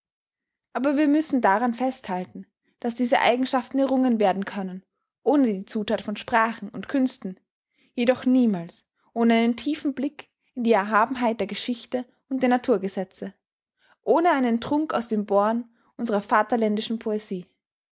aber wir müssen daran festhalten daß diese eigenschaften errungen werden können ohne die zuthat von sprachen und künsten jedoch niemals ohne einen tiefen blick in die erhabenheit der geschichte und der naturgesetze ohne einen trunk aus dem born unserer vaterländischen poesie